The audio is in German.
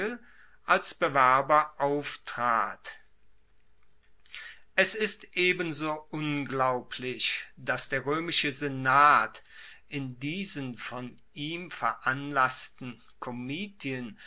als bewerber auftrat es ist ebenso unglaublich dass der roemische senat in diesen von ihm veranlassten